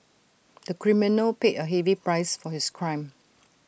the criminal paid A heavy price for his crime